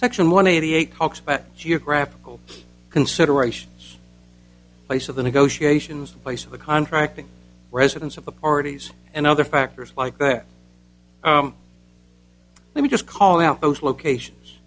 section one eighty eight talks but geographical considerations place of the negotiations place of the contracting residents of the parties and other factors like that let me just call out those locations